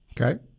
Okay